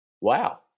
wow